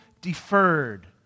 deferred